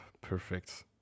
perfect